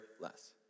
less